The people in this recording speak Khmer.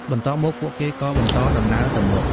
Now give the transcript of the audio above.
បន្ទាប់មក ពួកគេក៏បន្តដំណើរទៅមុខ។